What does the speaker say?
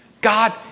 God